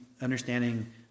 understanding